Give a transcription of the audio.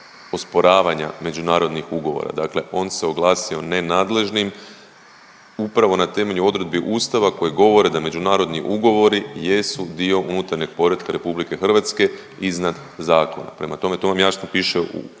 osporavanja međunarodnih ugovora. Dakle, on se oglasio nenadležnim upravo na temelju odredbi Ustava koje govore da međunarodni ugovori jesu dio unutarnjeg poretka Republike Hrvatske iznad zakona. Prema tome, to vam jasno piše,